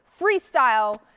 freestyle